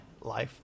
life